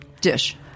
dish